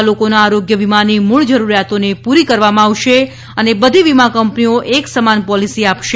જેમાં લોકોના આરોગ્ય વીમાની મુળ જરૂરીયાતોને પુરી કરવામાં આવશે અને બધી વીમા કંપનીઓ એક સમાન પોલીસી આપશે